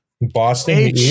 Boston